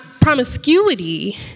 promiscuity